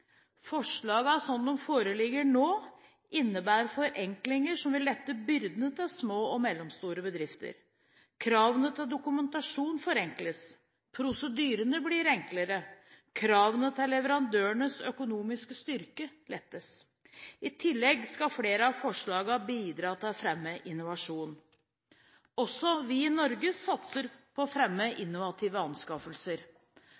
foreligger nå, innebærer forenklinger som vil lette byrdene til små og mellomstore bedrifter. Kravene til dokumentasjon forenkles. Prosedyrene blir enklere. Kravene til leverandørens økonomiske styrke lettes. I tillegg skal flere av forslagene bidra til å fremme innovasjon. Også vi i Norge satser på å fremme